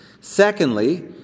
Secondly